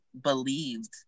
believed